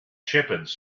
shepherds